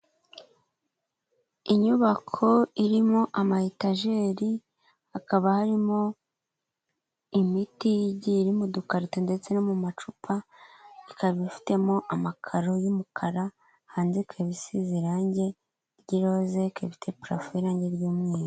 Inyubako irimo amaetajeri hakaba harimo imiti igiye iri mu dukarito ndetse no mu macupa ikaba ifitemo amakaro y'umukara hanze ikaba isize irangi ry'iroze ikaba fite parafo y'irange ry'umweru.